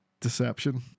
Deception